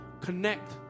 connect